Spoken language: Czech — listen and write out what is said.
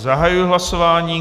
Zahajuji hlasování.